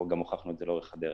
וגם הוכחנו את זה לאורך הדרך.